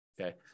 Okay